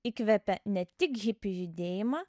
įkvėpė ne tik hipių judėjimą